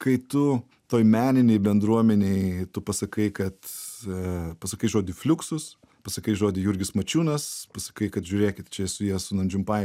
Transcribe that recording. kai tu toj meninėj bendruomenėj tu pasakai kad pasakai žodį fluksus pasakai žodį jurgis mačiūnas pasakai kad žiūrėkit čia jie su nam džum pai